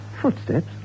Footsteps